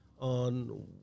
on